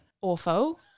Awful